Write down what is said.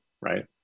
right